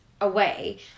away